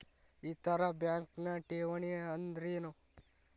ಇತರ ಬ್ಯಾಂಕ್ನ ಠೇವಣಿ ಅನ್ದರೇನು?